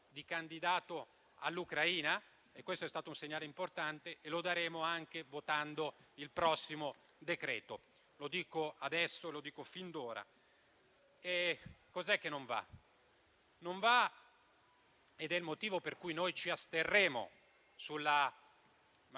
di candidato all'Ucraina e questo è stato un segnale importante e lo daremo anche votando il prossimo decreto-legge: lo dico fin d'ora. Cos'è che non va ed è il motivo per cui noi ci asterremo sulla risoluzione